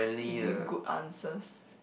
you give good answers